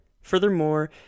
Furthermore